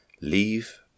Leave